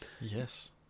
Yes